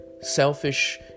selfish